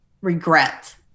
regret